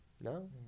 no